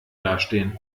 dastehen